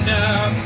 now